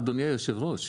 אדוני היושב-ראש,